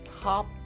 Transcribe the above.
top